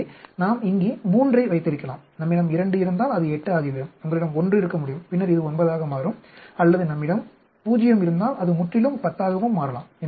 எனவே நாம் இங்கே 3 ஐ வைத்திருக்கலாம் நம்மிடம் 2 இருந்தால் இது 8 ஆகிவிடும் உங்களிடம் 1 இருக்க முடியும் பின்னர் இது 9 ஆக மாறும் அல்லது நம்மிடம் 0 இருந்தால் இது முற்றிலும் 10 ஆகவும் மாறலாம்